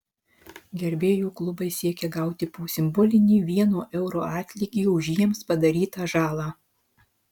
gerbėjų klubai siekia gauti po simbolinį vieno euro atlygį už jiems padarytą žalą